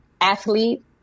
athlete